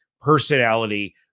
personality